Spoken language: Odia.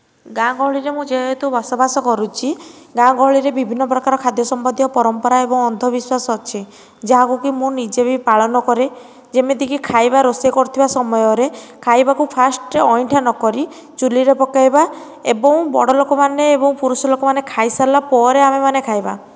ଗାଁ ଗହଳିରେ ମୁଁ ଯେହେତୁ ବସବାସ କରୁଛି ଗାଁ ଗହଳିରେ ବିଭିନ୍ନ ପ୍ରକାର ଖାଦ୍ୟ ସମ୍ବନ୍ଧୀୟ ପରମ୍ପରା ଏବଂ ଅନ୍ଧବିଶ୍ୱାସ ଅଛି ଯାହାକୁ କି ମୁଁ ନିଜେ ବି ପାଳନ କରେ ଯେମତିକି ଖାଇବା ରୋଷେଇ କରୁଥିବା ସମୟରେ ଖାଇବାକୁ ଫାଷ୍ଟ ଅଇଁଠା ନ କରି ଚୁଲିରେ ପକାଇ ବା ଏବଂ ବଡ଼ ଲୋକମାନେ ଏବଂ ପୁରୁଷ ଲୋକମାନେ ଖାଇସାରିଲା ପରେ ଆମେମାନେ ଖାଇବା